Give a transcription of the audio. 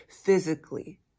physically